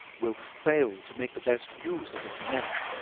will fail to make the best use of his men.